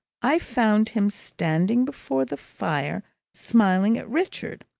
i found him standing before the fire smiling at richard,